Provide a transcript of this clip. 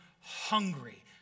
hungry